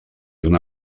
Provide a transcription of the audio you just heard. una